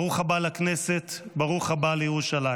ברוך הבא לכנסת, ברוך הבא לירושלים.